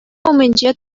умӗнче